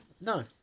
No